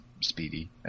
Speedy